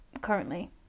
currently